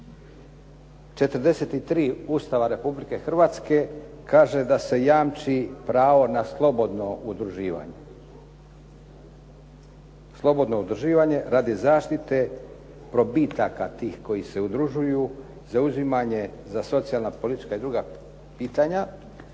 43. Ustava Republike Hrvatske kaže da se jamči pravo na slobodno udruživanje radi zaštite probitaka tih koji se udružuju, zauzimanje za socijalna, politička i druga pitanja,